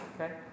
Okay